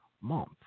month